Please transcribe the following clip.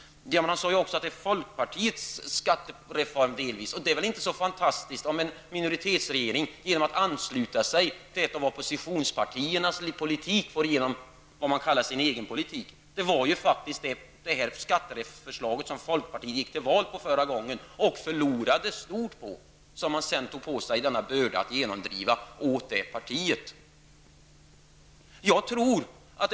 Men det är också delvis folkpartiets skattereform. Det är väl inte så fantastiskt om en minoritetsregering genom att ansluta sig till ett av oppositionspartiernas politik får igenom det man kallar sin egen politik. Det var faktiskt med detta skatteförslag som folkpartiet senast gick till val och förlorade stort. Sedan tog socialdemokraterna på sig bördan att genomdriva denna reform åt det andra partiet.